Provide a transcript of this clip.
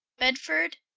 bedford,